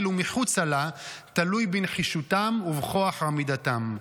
ומחוצה לה תלוי בנחישותם ובכוח עמידתם.